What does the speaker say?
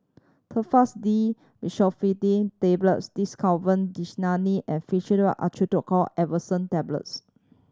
Telfast D Fexofenadine Tablets Desowen Desonide and Fluimucil Acetylcysteine Effervescent Tablets